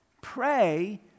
Pray